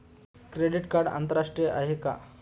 Credit card आंतरराष्ट्रीय आहे का?